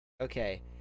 Okay